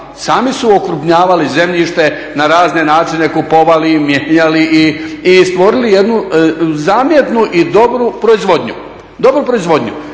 sami su okrupnjavali zemljište na razne načine, kupovali, mijenjali i stvorili jednu zamjetnu i dobru proizvodnju. Mi smo i prvi koji